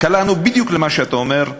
קלענו בדיוק למה שאתה אומר.